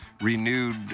renewed